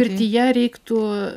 pirtyje reiktų